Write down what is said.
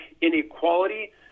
inequality